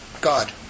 God